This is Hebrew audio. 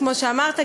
כמו שאמרת,